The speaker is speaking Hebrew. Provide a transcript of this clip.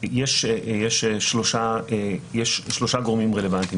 יש שלושה גורמים רלוונטיים.